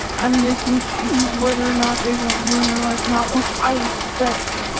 and they can choose whether or not they want you in their life or not, which i respect,